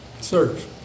Serve